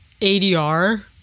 ADR